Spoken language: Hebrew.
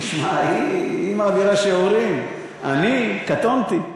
תשמע, היא מעבירה שיעורים, אני קטונתי.